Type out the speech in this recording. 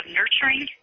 nurturing